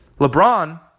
LeBron